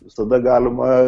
visada galima